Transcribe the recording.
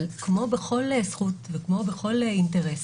אבל כמו בכל זכות וכמו בכל אינטרס,